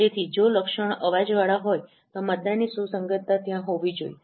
તેથી જો લક્ષણો અવાજવાળા હોય તો મતદાનની સુસંગતતા ત્યાં હોવી જોઈએ